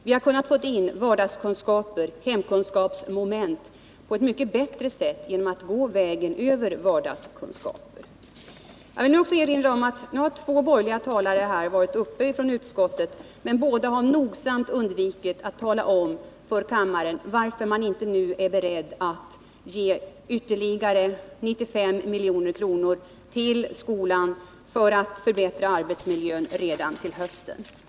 Vi hade kunnat få in hemkunskapsmomenten på ett lika bra sätt genom att gå vägen över vardagskunskaper. Nu har två borgerliga talare från utskottet varit uppe i talarstolen, men båda har nogsamt undvikit att tala om för kammaren varför de inte nu är beredda att ge ytterligare 95 milj.kr. till skolan för att förbättra arbetsmiljön redan till hösten.